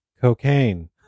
Cocaine